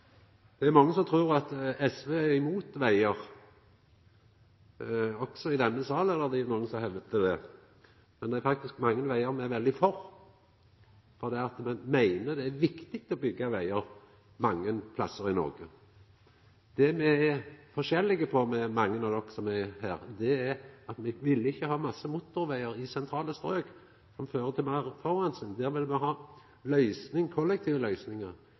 Det er mange som trur at SV er imot vegar. Også i denne salen er det nokon som hevdar det. Men det er faktisk mange vegar som me er veldig for, for me meiner det er viktig å byggja vegar mange plassar i Noreg. Det som me og mange av de som er her, ser forskjellig på, er at me ikkje vil ha mange motorvegar i sentrale strøk, som fører til meir forureining. Der vil me ha kollektive løysingar.